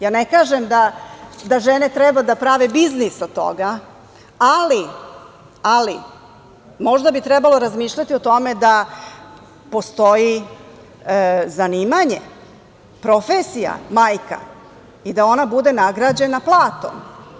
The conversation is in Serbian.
Ja ne kažem da žene treba da prave biznis od toga, ali možda bi trebalo razmišljati o tome da postoji zanimanje, profesija majka i da ona bude nagrađena platom.